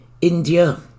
India